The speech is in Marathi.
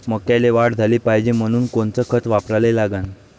मक्याले वाढ झाली पाहिजे म्हनून कोनचे खतं वापराले लागन?